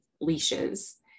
leashes